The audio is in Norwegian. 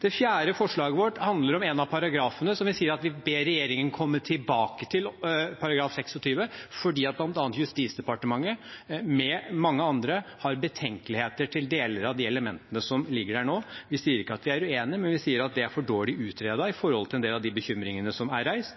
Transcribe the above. Det fjerde forslaget vårt handler om en av paragrafene, § 26, der vi sier at «vi ber regjeringen komme tilbake til Stortinget», fordi bl.a. Justisdepartementet, med mange andre, har betenkeligheter med deler av de elementene som ligger der nå. Vi sier ikke at vi er uenige, men vi sier at det er for dårlig utredet i forhold til en del av de bekymringene som er reist.